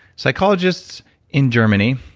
psychologists in germany,